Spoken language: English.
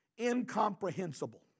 incomprehensible